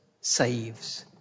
saves